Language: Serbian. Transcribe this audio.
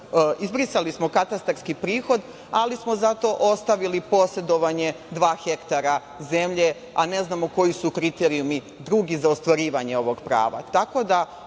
Izbrisali smo katastarski prihod, ali smo zato ostavili posedovanje dva hektara zemlje, a ne znamo koji su kriterijumi drugi za ostvarivanje ovog prava. Ovo